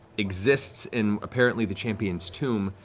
exists in apparently the champion's tomb,